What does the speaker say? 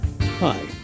Hi